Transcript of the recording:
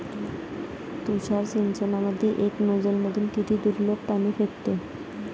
तुषार सिंचनमंदी एका नोजल मधून किती दुरलोक पाणी फेकते?